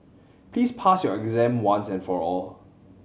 please pass your exam once and for all